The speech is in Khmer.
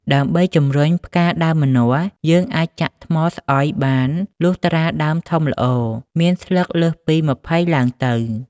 ដើម្បីជំរុញផ្កាដើមម្នាស់ យើងអាចចាក់ថ្មស្អុយបាន លុះត្រាដើមធំល្អ មានស្លឹកលើសពី ២០ឡើងទៅ។